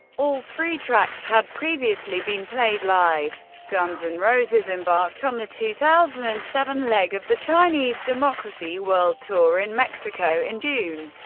all three tracks had previously been played live. guns n' and roses embarked on the two thousand and seven leg of the chinese democracy world tour in mexico in june,